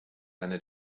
eine